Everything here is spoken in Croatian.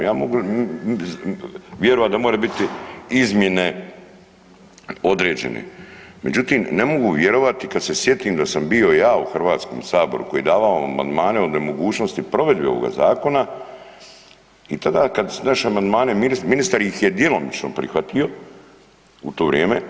Ja mogu vjerovat da more biti izmjene određene, međutim ne mogu vjerovati kad se sjetim da sam bio ja u Hrvatskom saboru koji je davao amandmane o nemogućnosti provedbe ovoga zakona i tada kad naše amandmane, ministar ih je djelomično prihvatio u to vrijeme.